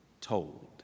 told